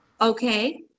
Okay